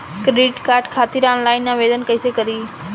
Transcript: Credit card खातिर online आवेदन कइसे करि?